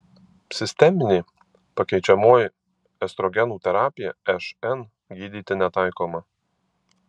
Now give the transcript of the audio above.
sisteminė pakeičiamoji estrogenų terapija šn gydyti netaikoma